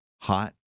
hot